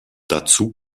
dazu